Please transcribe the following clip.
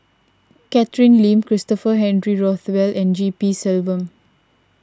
Catherine Lim Christopher Henry Rothwell and G P Selvam